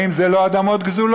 האם זה לא אדמות גזולות?